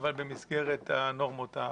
אבל במסגרת הנורמות המקובלות.